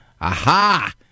Aha